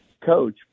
coach